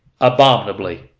abominably